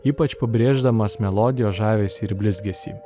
ypač pabrėždamas melodijos žavesį ir blizgesį